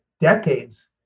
decades